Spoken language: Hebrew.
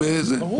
ברור.